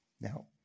Now